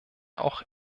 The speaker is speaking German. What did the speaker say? auch